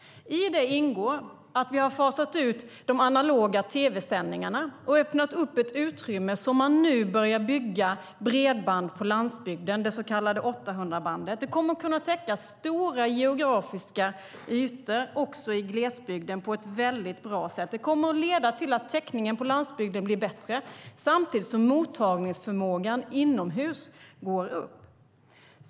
I det ingår att vi har fasat ut de analoga tv-sändningarna och öppnat ett utrymme där man nu börjar bygga bredband på landsbygden, det så kallade 800-bandet. Det kommer att kunna täcka stora ytor också i glesbygden på ett väldigt bra sätt. Det kommer att leda till att täckningen på landsbygden blir bättre samtidigt som mottagningsförmågan inomhus går upp.